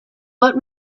but